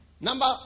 Number